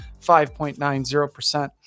5.90%